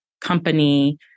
company